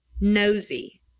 nosy